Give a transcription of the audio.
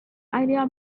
idea